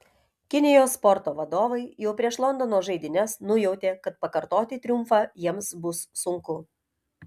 kinijos sporto vadovai jau prieš londono žaidynes nujautė kad pakartoti triumfą jiems bus sunku